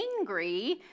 angry